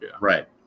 Right